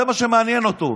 זה מה שמעניין אותו.